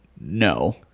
no